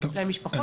בני המשפחות?